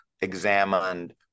examined